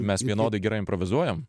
mes vienodai gerai improvizuojam